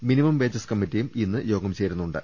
minimum wages കമ്മറ്റിയും ഇന്ന് യോഗം ചേരുന്നുണ്ട്